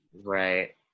Right